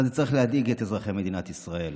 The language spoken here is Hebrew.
אבל זה צריך להדאיג את אזרחי מדינת ישראל.